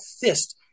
fist